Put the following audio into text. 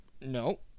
No